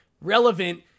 relevant